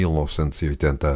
1980